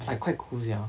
like quite cool sia